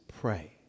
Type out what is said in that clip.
pray